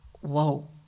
whoa